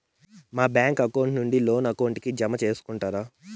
మా bank account నుండి loan account కి జామ సేసుకుంటారా?